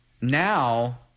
Now